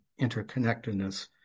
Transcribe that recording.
interconnectedness